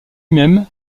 même